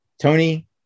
Tony